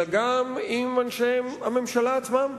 אלא גם עם אנשי הממשלה עצמם.